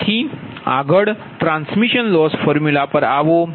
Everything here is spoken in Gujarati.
તેથી આગળ ટ્રાન્સમિશન લોસ ફોર્મ્યુલા પર આવો